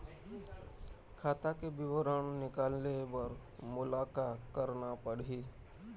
खाता के विवरण निकाले बर मोला का करना पड़ही?